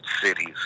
cities